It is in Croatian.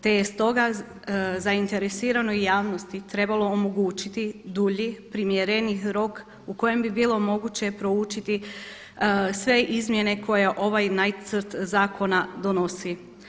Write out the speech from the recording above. Te je stoga zainteresiranoj javnosti trebalo omogućiti dulji, primjereniji rok u kojem bi bilo moguće proučiti sve izmjene koja ovaj nacrt zakona donosi.